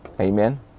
Amen